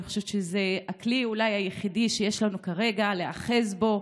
אני חושבת שזה אולי הכלי היחידי שיש לנו כרגע להיאחז בו,